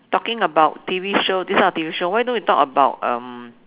talking about T_V show this type of T_V show why don't we talk about um